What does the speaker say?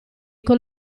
con